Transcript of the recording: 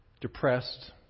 depressed